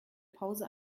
pause